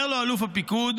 אומר לו אלוף הפיקוד,